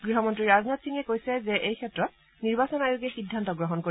গৃহমন্ত্ৰী ৰাজনাথ সিঙে কৈছে যে এইক্ষেত্ৰত নিৰ্বাচন আয়োগে সিদ্ধান্ত গ্ৰহণ কৰিব